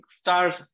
stars